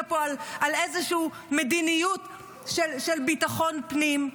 פה על איזושהי מדיניות של ביטחון פנים.